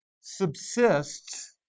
subsists